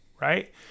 Right